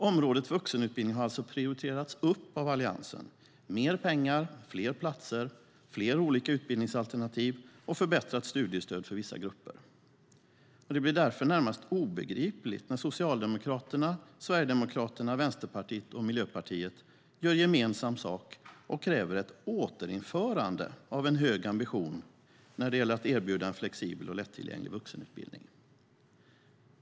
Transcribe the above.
Området vuxenutbildning har alltså prioriterats upp av Alliansen. Det innebär mer pengar, fler platser, fler olika utbildningsalternativ och förbättrat studiestöd för vissa grupper. Det blir därför närmast obegripligt när Socialdemokraterna, Sverigedemokraterna, Vänsterpartiet och Miljöpartiet gör gemensam sak och kräver ett återinförande av en hög ambition när det gäller att erbjuda en flexibel och lättillgänglig vuxenutbildning.